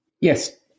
Yes